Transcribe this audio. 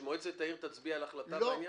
שמועצת העיר תצביע על החלטה בעניין?